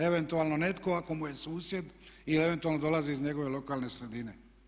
Eventualno netko ako mu je susjed ili eventualno dolazi iz njegove lokalne sredine.